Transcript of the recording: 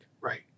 Right